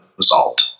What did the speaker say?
result